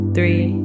Three